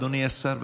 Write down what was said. אדוני השר,